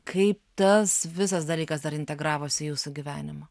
kaip tas visas dalykas dar integravosi į jūsų gyvenimą